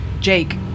jake